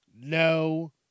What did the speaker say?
No